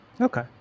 okay